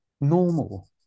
normal